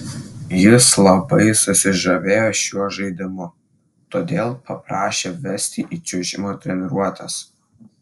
jis labai susižavėjo šiuo žaidimu todėl paprašė vesti į čiuožimo treniruotes